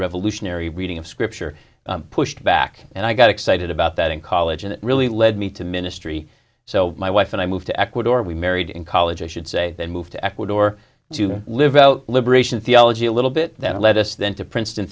revolutionary reading of scripture pushed back and i got excited about that in college and it really led me to ministry so my wife and i moved to ecuador we married in college i should say then moved to ecuador to live about liberation theology a little bit that led us then to princeton